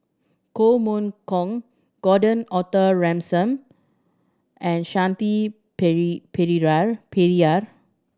Koh Mun Kong Gordon Arthur Ransome and Shanti Pereira